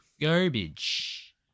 Garbage